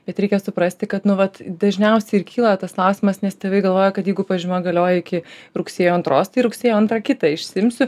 bet reikia suprasti kad nu vat dažniausiai ir kyla tas klausimas nes tėvai galvoja kad jeigu pažyma galioja iki rugsėjo antros tai rugsėjo antrą kitą išsiimsiu